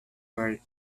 were